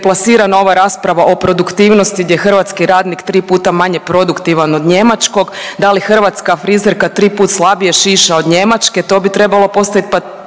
deplasirana ova rasprava o produktivnosti gdje hrvatski radnik tri puta manje produktivan od njemačkog, da li hrvatska frizerka 3 put šiša od njemačke to bi trebalo postaviti